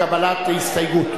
לקבלת הסתייגות.